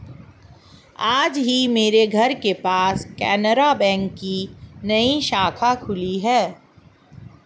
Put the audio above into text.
आज ही मेरे घर के पास केनरा बैंक की नई शाखा खुली है